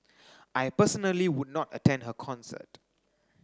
I personally would not attend her concert